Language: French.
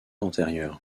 antérieur